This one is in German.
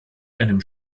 einem